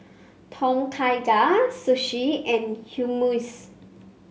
Tom Kha Gai Sushi and Hummus